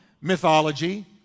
mythology